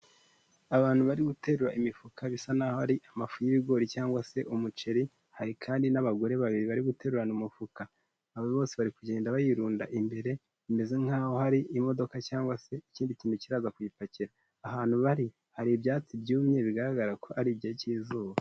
Abantu bari gutera imifuka bisa nkaho ari amafu y'ibigori cyangwa se umuceri. Hari kandi n'abagore babiri bari guterurana umufuka. Abo bose bari kugenda bayirunda imbere, bimeze nk'aho hari imodoka cyangwa se ikindi kintu kiraza kuyipakira. Ahantu bari hari ibyatsi byumye bigaragara ko ari igihe cy'izuba.